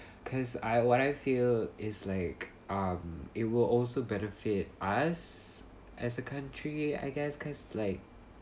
I what I feel is like um it will also benefit us as a country I guess cause like